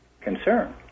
concern